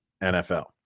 NFL